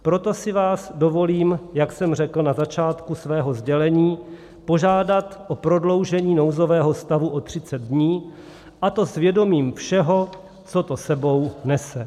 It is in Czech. Proto si vás dovolím, jak jsem řekl na začátku svého sdělení, požádat o prodloužení nouzového stavu o 30 dní, a to s vědomím všeho, co to s sebou nese.